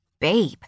Babe